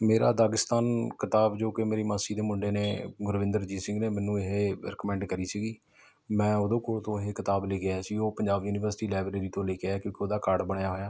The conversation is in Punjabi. ਮੇਰਾ ਦਾਗ਼ਿਸਤਾਨ ਕਿਤਾਬ ਜੋ ਕਿ ਮੇਰੀ ਮਾਸੀ ਦੇ ਮੁੰਡੇ ਨੇ ਗੁਰਵਿੰਦਰਜੀਤ ਸਿੰਘ ਨੇ ਮੈਨੂੰ ਇਹ ਰਿਕਮੈਂਡ ਕਰੀ ਸੀ ਮੈਂ ਉਹਦੇ ਕੋਲ ਤੋਂ ਇਹ ਕਿਤਾਬ ਲੈ ਕੇ ਆਇਆ ਸੀ ਉਹ ਪੰਜਾਬ ਯੂਨੀਵਰਸਿਟੀ ਲਾਇਬ੍ਰੇਰੀ ਤੋਂ ਲੈ ਕੇ ਆਇਆ ਕਿਉਂਕਿ ਉਹਦਾ ਕਾਰਡ ਬਣਿਆ ਹੋਇਆ